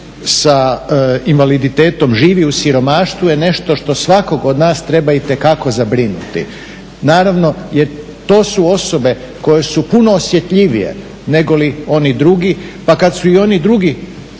sa invaliditetom živi u siromaštvu je nešto što svakog od nas treba itekako zabrinuti. Naravno, jer to su osobe koje su puno osjetljivije negoli oni drugi, pa kada su i oni drugi